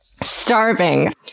starving